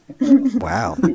Wow